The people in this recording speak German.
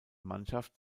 mannschaft